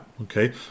okay